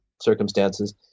circumstances